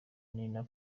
nina